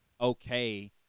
okay